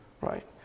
right